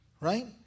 Right